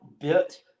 bit